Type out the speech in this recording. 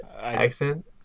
accent